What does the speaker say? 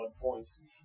points